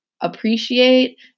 appreciate